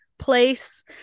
place